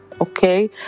Okay